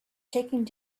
taking